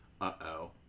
Uh-oh